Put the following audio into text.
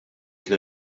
kien